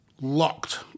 locked